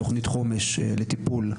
תכנית חומש לטיפול,